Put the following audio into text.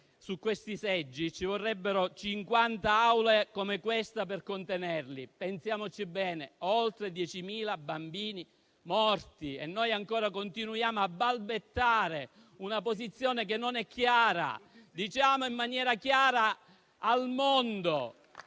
su questi seggi, ci vorrebbero cinquanta Aule come questa per contenerli. Pensiamoci bene. Oltre 10.000 bambini morti e noi ancora continuiamo a balbettare una posizione non chiara. Diciamo in maniera chiara al mondo